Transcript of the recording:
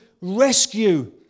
rescue